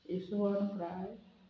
इसवण फ्राय